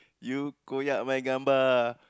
you koyak my gambar